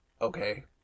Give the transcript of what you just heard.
Okay